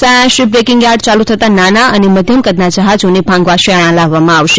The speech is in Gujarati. સયાણા શીપ બ્રેકિંગ યાર્ડ યાલુ થતા નાના અને મધ્યમ કદના જહાજોને ભાંગવા સયાણા લાવવામાં આવશે